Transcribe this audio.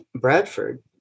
Bradford